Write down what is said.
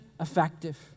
effective